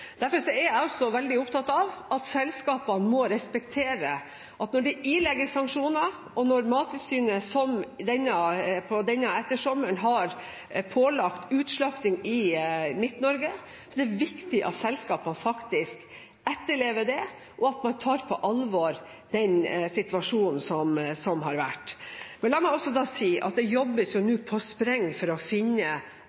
Derfor er jeg også veldig opptatt av at selskapene må respektere at når de ilegges sanksjoner, og når Mattilsynet denne ettersommeren har pålagt utslakting i Midt-Norge, er det viktig at selskapene faktisk etterlever det og tar på alvor den situasjonen som har vært. La meg også si at det jobbes nå på spreng for å finne